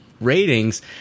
ratings